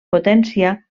potència